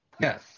Yes